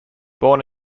born